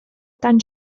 tan